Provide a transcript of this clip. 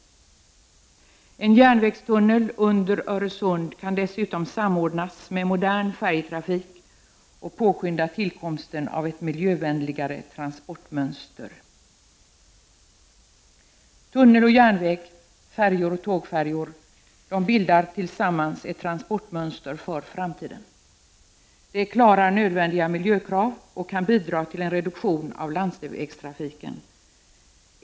En järnvägstunnel under Öresund kan dessutom samordnas med modern färjetrafik och påskynda tillkomsten av ett miljövänligare transportmönster. Tunnel och järnväg, färjor och tågfärjor bildar tillsammans ett transportmönster för framtiden. Det klarar nödvändiga miljökrav och kan bidra till en reduktion av landsvägstrafiken.